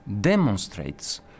demonstrates